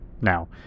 Now